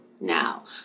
now